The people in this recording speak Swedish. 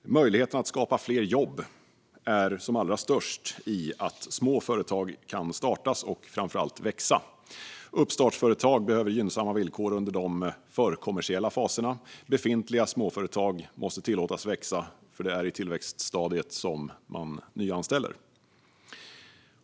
Möjligheten att skapa fler jobb är som allra störst om små företag kan startas och, framför allt, växa. Uppstartsföretag behöver gynnsamma villkor under de förkommersiella faserna. Befintliga småföretag måste tillåtas växa, för det är i tillväxtstadiet som de nyanställer.